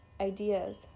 ideas